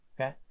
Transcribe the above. okay